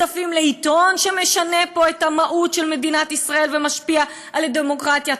כספים לעיתון שמשנה פה את המהות של מדינת ישראל ומשפיע על הדמוקרטיה,